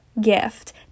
gift